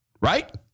Right